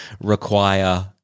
require